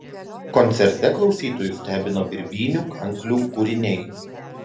koncerte klausytojus stebino birbynių kanklių kūriniai